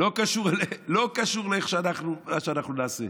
לא קשור למה שאנחנו נעשה.